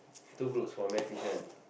two groups for math tuition